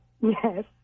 Yes